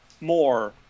more